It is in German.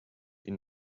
ihn